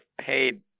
paid